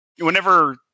whenever